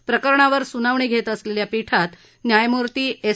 या प्रकरणावर स्नावणी घेत असलेल्या पीठात न्यायमूर्ती एस